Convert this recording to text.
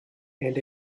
and